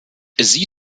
sie